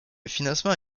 financement